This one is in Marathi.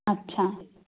अच्छा